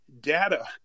data